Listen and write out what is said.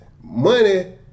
money